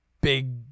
big